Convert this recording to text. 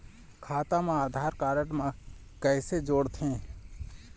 खाता मा आधार कारड मा कैसे जोड़थे?